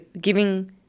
giving